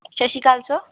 ਸਤਿ ਸ਼੍ਰੀ ਅਕਾਲ ਸਰ